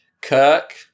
kirk